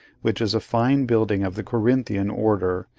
which is a fine building of the corinthian order,